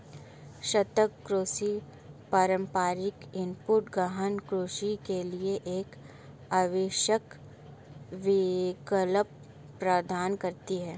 सतत कृषि पारंपरिक इनपुट गहन कृषि के लिए एक आवश्यक विकल्प प्रदान करती है